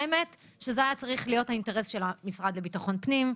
האמת שזה היה צריך להיות האינטרס של המשרד לביטחון הפנים,